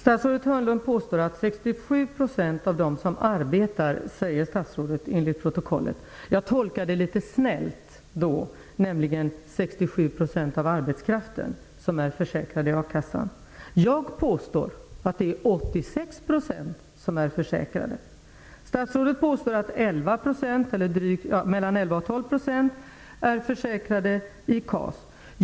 Statsrådet Hörnlund påstod -- enligt protokollet -- att det var 67 % av dem som arbetade. Jag tolkar detta litet snällt, dvs. att han avsåg att det var 67 % av arbetskraften som var försäkrade i a-kassan. Jag påstår att det är 86 % som är försäkrade. Statsrådet påstod att mellan 11 % och 12 % är försäkrade i KAS.